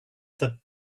that